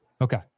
Okay